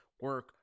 Work